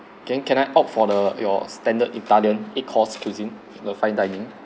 can can I opt for the your standard italian eight course cuisine in the fine dining